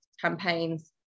campaigns